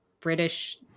British